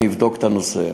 אני אבדוק את הנושא.